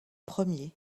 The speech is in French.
premiers